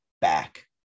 back